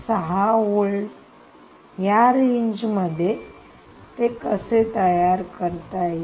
6 volt या रेंजमध्ये कसे तयार करता येईल